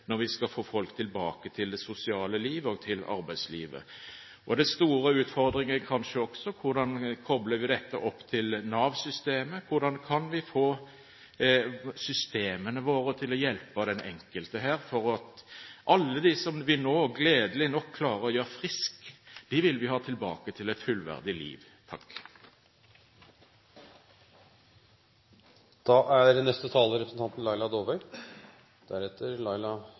når det gjelder å være en ressurs for den enkelte og for familien når vi skal få folk tilbake til det sosiale liv og til arbeidslivet. En stor utfordring er kanskje også hvordan vi kobler dette til Nav-systemet. Hvordan kan vi få systemene våre til å hjelpe den enkelte her? For alle som vi nå, gledelig nok, klarer å gjøre friske, vil vi ha tilbake til et fullverdig liv.